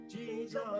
Jesus